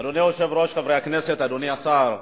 אדוני היושב-ראש, חברי הכנסת, אדוני השר,